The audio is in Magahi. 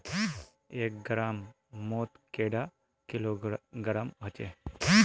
एक ग्राम मौत कैडा किलोग्राम होचे?